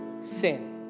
sin